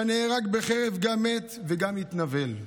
שהנהרג בחרב גם מת וגם מתנוול,